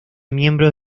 miembros